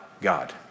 God